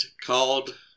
called